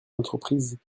entreprises